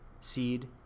seed